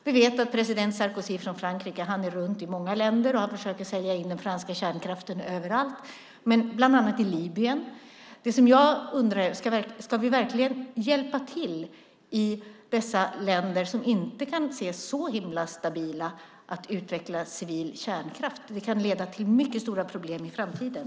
Vi vet att den franske presidenten Sarkozy åker runt till många länder och försöker sälja in den franska kärnkraften överallt, bland annat till Libyen. Ska vi verkligen hjälpa dessa länder, som inte kan anses vara särskilt stabila, att utveckla civil kärnkraft? Det kan leda till mycket stora problem i framtiden.